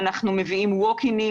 אנחנו מביאים בדיקות בווק-אין,